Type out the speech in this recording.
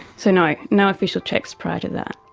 so no, no official checks prior to that.